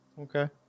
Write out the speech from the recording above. Okay